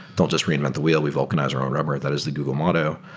they'll just reinvent the wheel. we vulcanizing our own rubber. that is the google motto.